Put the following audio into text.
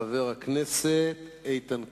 חבר הכנסת איתן כבל.